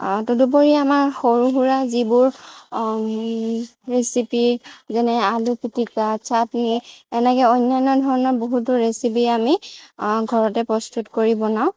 তদুপৰি আমাৰ সৰু সুৰা যিবোৰ ৰেচিপি যেনে আলুগুটি বা চাট্নি এনেক অন্যান্য ধৰণৰ বহুতো ৰেচিপি আমি ঘৰতে প্ৰস্তুত কৰি বনাওঁ